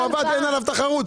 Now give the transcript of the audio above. אין עליו תחרות.